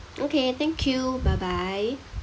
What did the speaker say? okay thank you bye bye